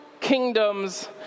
kingdoms